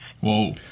Whoa